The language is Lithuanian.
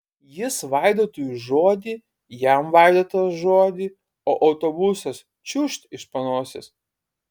jis vaidotui žodį jam vaidotas žodį o autobusas čiūžt iš panosės